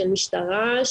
של משטרה,